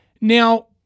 Now